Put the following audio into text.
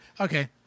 Okay